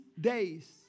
days